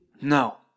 No